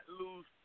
lose